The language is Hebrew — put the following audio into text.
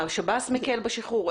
שירות בתי הסוהר מקל בשחרור?